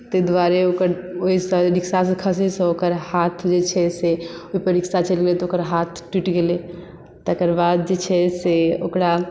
ताहि दुआरे ओकर ओहि रिक्शासँ खसैसँ ओकर हाथ जे छै से ओहिपर रिक्शा चढ़ि गेलै तऽ ओकर हाथ टुटि गेलै तकर बाद जे छै से ओकरा